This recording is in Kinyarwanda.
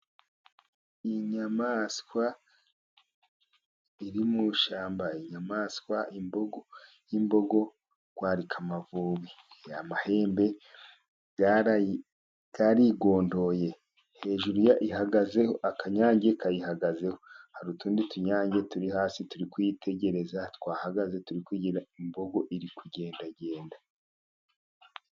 Iyi nyamaswa iri mu ishyamba. Inyamaswa y'imbogo rwarikamavubi. Amahembe yarigondoye. Hejuru ihagazeho, akanyange kayihagazeho. Hari utundi tunyange turi hasi turi kuyitegereza, twahagaze turi kugira, imbogo iri kugendagenda.